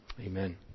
Amen